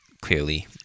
clearly